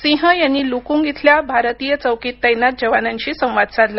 सिंह यांनी लुकुंग इथल्या भारतीय चौकीत तैनात जवानांशी संवाद साधला